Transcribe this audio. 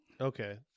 Okay